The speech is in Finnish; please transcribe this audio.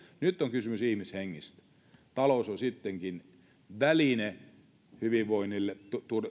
nyt on kysymys ihmishengistä talous on sittenkin väline hyvinvointiin